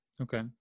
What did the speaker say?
Okay